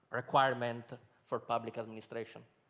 requirement for public administration.